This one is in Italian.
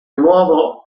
nuovo